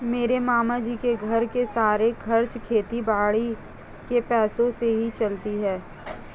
मेरे मामा जी के घर के सारे खर्चे खेती बाड़ी के पैसों से ही चलते हैं